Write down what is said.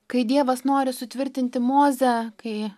kai dievas nori sutvirtinti mozę kai